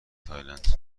تایلند